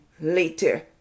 later